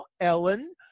Ellen